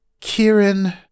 Kieran